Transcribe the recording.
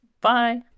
Bye